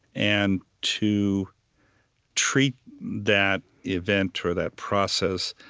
and to treat that event or that process